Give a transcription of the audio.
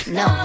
no